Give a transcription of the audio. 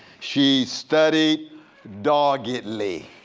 she studied doggedly.